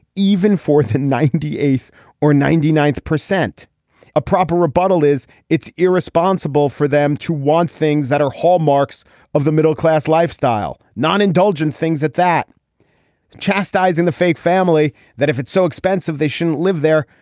even fourth in ninety eight or ninety ninth percent a proper rebuttal is it's irresponsible for them to want things that are hallmarks of the middle class lifestyle non indulgent things that that chastising the fake family that if it's so expensive they shouldn't live there.